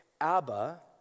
Abba